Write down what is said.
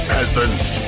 Peasants